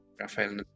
rafael